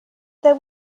there